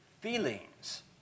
feelings